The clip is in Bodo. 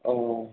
औ औ